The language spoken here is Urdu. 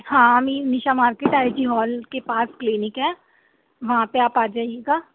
ہاں امین نشا مارکیٹ آئی جی ہال کے پاس کلینک ہے وہاں پہ آپ آ جائیے گا